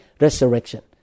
resurrection